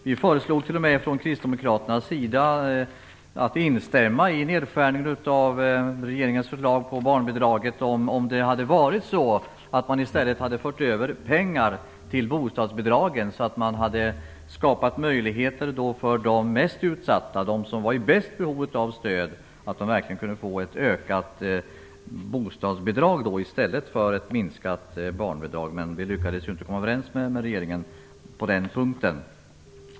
Vi tänkte från kristdemokraternas sida t.o.m. instämma i regeringens förslag om nedskärning av barnbidraget om man i stället hade fört över pengar till bostadsbidragen så att man hade skapat möjligheter för de mest utsatta - de som har störst behov av stöd - att få ett ökat bostadsbidrag i stället för ett minskat barnbidrag. Vi lyckades inte komma överens med regeringen på den punkten.